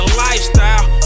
lifestyle